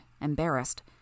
embarrassed